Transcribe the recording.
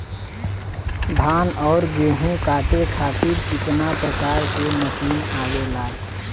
धान और गेहूँ कांटे खातीर कितना प्रकार के मशीन आवेला?